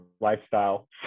lifestyle